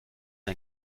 ein